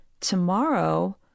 tomorrow